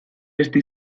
beste